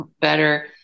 better